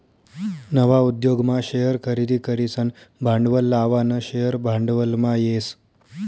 नवा उद्योगमा शेअर खरेदी करीसन भांडवल लावानं शेअर भांडवलमा येस